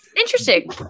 interesting